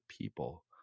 people